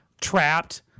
trapped